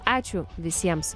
ačiū visiems